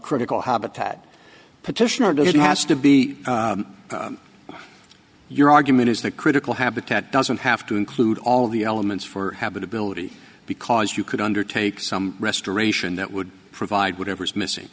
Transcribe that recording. critical habitat petition a decision has to be your argument is that critical habitat doesn't have to include all of the elements for habitability because you could undertake some restoration that would provide whatever is missing